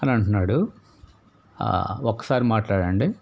అని అంటున్నాడు ఒక సారి మాట్లాడండి